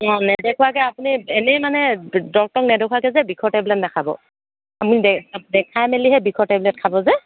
অঁ নেদেখুৱাকৈ আপুনি এনেই মানে ডক্তৰক নেদেখুৱাকৈ যে বিষৰ টেবলেট নেখাব আপুনি দেখাই মেলিহে বিষৰ টেবলেট খাব যে